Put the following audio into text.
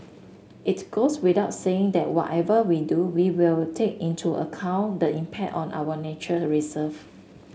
it's goes without saying that whatever we do we will take into account the impact on our nature reserve